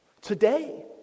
today